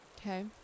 Okay